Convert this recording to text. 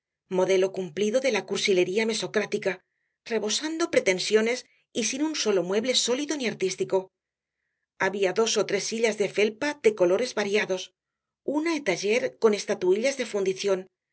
modelo cumplido de la cursilería mesocrática rebosando pretensiones y sin un solo mueble sólido ni artístico había dos ó tres sillas de felpa de colores variados una étagre con estatuitas de fundición